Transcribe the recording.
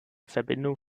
verbindung